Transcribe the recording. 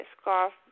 scarf